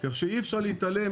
כך שאי אפשר להתעלם,